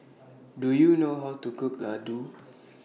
Do YOU know How to Cook Laddu